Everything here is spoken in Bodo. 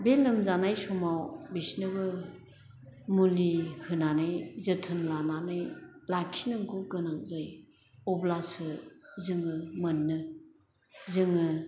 बे लोमजानाय समाव बिसिनोबो मुलि होन्नानै जोथोन लानानै लाखिनांगौ गोनां जायो अब्लासो जोङो मोनो जोङो